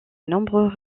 nombreux